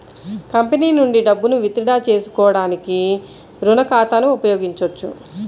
company నుండి డబ్బును withdraw చేసుకోవడానికి రుణ ఖాతాను ఉపయోగించొచ్చు